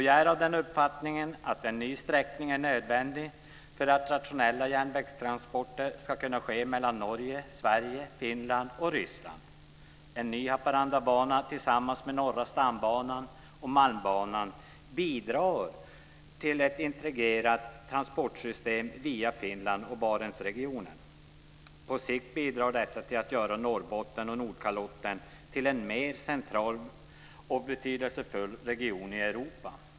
Jag är av den uppfattningen att en ny sträckning är nödvändig för att rationella järnvägstransporter ska kunna ske mellan Norge, Sverige, Finland och Ryssland. En ny Haparandabana, tillsammans med Norra stambanan och Malmbanan bildar ett integrerat transportsystem via Finland och Barentsregionen. På sikt bidrar detta till att göra Norrbotten och Nordkalotten till en mer central och betydelsefull region i Europa.